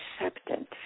acceptance